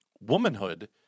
womanhood